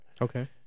okay